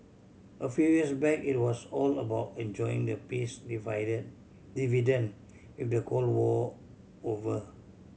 a few years back it was all about enjoying the peace divide dividend with the Cold War over